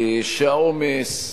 שהעומס,